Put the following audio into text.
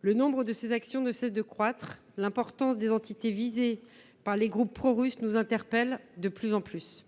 Le nombre de ces actions ne cesse de croître. L’importance des entités visées par les groupes prorusses nous interpelle de plus en plus.